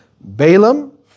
Balaam